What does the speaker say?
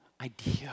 idea